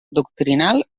doctrinal